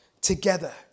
together